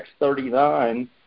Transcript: x39